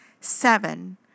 Seven